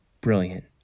brilliant